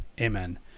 Amen